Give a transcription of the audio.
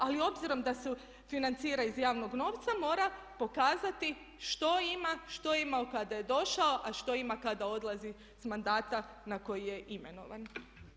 Ali obzirom da se financira iz javnog novca mora pokazati što ima, što je imao kada je došao, a što ima kada odlazi s mandata na koji je imenovan.